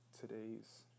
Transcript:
today's